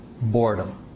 boredom